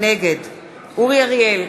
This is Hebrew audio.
נגד אורי אריאל,